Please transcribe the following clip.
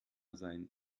sein